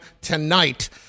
tonight